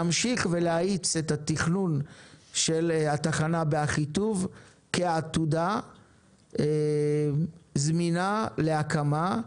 להמשיך להאיץ את התכנון של התחנה באחיטוב כעתודה זמינה להקמה,